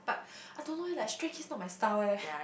but I don't know leh like Stray Kids not my style eh